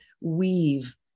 weave